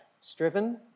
striven